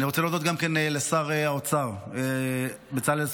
אני רוצה להודות גם לשר האוצר בצלאל סמוטריץ',